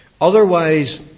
Otherwise